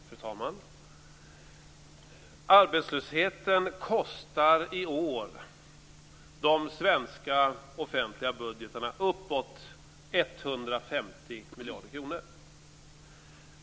Fru talman! Arbetslösheten kostar i år de svenska offentliga budgetarna uppåt 150 miljarder kronor.